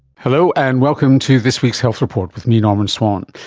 hello, and welcome to this week's health report with me, norman swan.